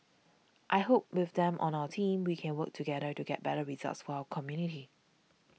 I hope with them on our team we can work together to get better results for our community